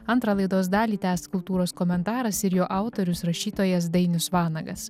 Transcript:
antrą laidos dalį tęs kultūros komentaras ir jo autorius rašytojas dainius vanagas